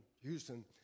Houston